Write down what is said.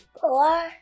Four